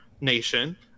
nation